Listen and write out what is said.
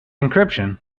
encryption